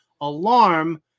ALARM